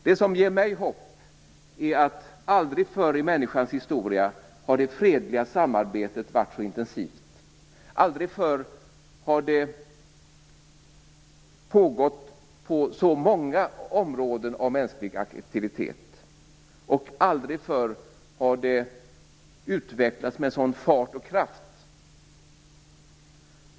Det som ger mig hopp är att aldrig förr i människans historia har det fredliga samarbetet varit så intensivt, aldrig förr har det pågått på så många områden av mänsklig aktivitet och aldrig förr har det utvecklats med sådan fart och kraft.